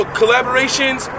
collaborations